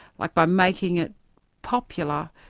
like by making it popular,